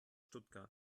stuttgart